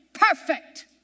perfect